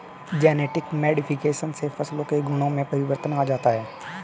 genetic modification से फसलों के गुणों में परिवर्तन आ जाता है